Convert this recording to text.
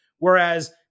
Whereas